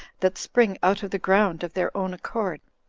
that spring out of the ground of their own accord,